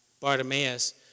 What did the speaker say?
Bartimaeus